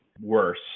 worse